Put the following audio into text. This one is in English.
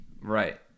Right